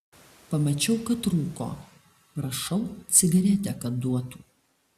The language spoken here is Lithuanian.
pamačiau kad rūko prašau cigaretę kad duotų